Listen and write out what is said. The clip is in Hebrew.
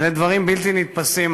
אלה דברים בלתי נתפסים,